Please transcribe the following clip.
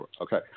Okay